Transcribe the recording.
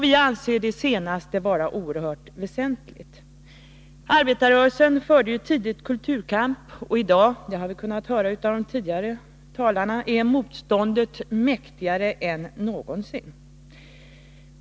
Vpk anser det senare vara oerhört väsentligt. Arbetarrörelsen förde tidigt kulturkamp. I dag är motståndet mäktigare än någonsin — det har vi kunnat höra av de tidigare talarna.